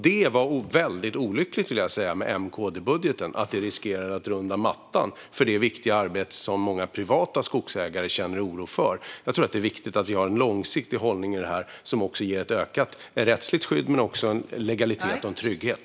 Det olyckliga med M och KD-budgeten är att den riskerar att rycka undan mattan för det viktiga arbete som många privata skogsägare känner oro för. Jag tror att det är viktigt att vi har en långsiktig hållning i detta som ger ett ökat rättsligt skydd men också legalitet och trygghet.